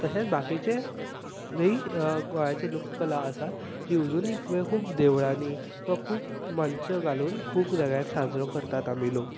तशेंच बाकीचे जय गोंयाचे लोककला आसा जी अजुनी खूब देवळांनी वा खूब मंच घालून खूब नव्यान साजरो करतात आमी लोक